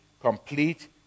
complete